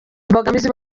imbogamizi